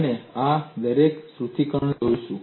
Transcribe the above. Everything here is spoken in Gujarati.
અને આપણે આ દરેક સૂત્રીકરણને જોઈશું